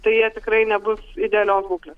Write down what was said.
tai jie tikrai nebus idealios būklės